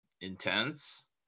intense